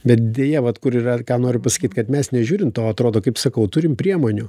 bet deja vat kur yra ką noriu pasakyt kad mes nežiūrint to atrodo kaip sakau turim priemonių